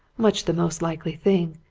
much the most likely thing.